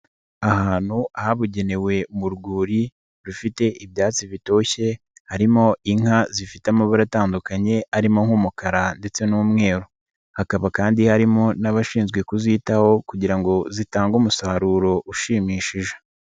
Ahantu habugenewe mu rwuri, rufite ibyatsi bitoshye, harimo inka zifite amabara atandukanye arimo nk'umukara ndetse n'umweru. Hakaba kandi harimo n'abashinzwe kuzitaho kugira ngo zitange umusaruro ushimishije.